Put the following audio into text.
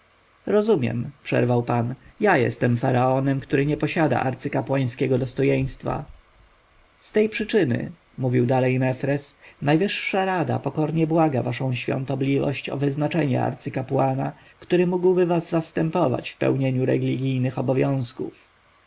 rozumiem przerwał pan ja jestem faraonem który nie posiada arcykapłańskiego dostojeństwa z tej przyczyny mówił dalej mefres najwyższa rada pokornie błaga waszą świątobliwość o wyznaczenie arcykapłana który mógłby was zastępować w pełnieniu religijnych obrządków